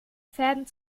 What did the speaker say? fäden